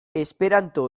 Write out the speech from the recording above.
esperanto